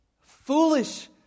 Foolish